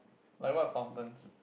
like what fountains